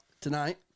tonight